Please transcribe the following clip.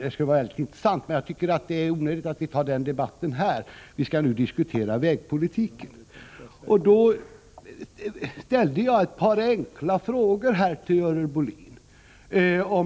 Det skulle vara intressant med en sådan debatt, men jag tycker att det är onödigt att vi för den debatten nu — vi skall ju diskutera vägpolitiken. Jag ställde ett par enkla frågor till Görel Bohlin.